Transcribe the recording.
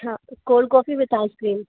हाँ cold coffee with ice cream